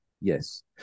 Yes